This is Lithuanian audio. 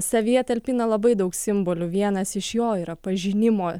savyje talpina labai daug simbolių vienas iš jo yra pažinimo